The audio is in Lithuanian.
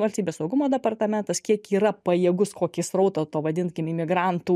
valstybės saugumo departamentas kiek yra pajėgus kokį srautą to vadinkim imigrantų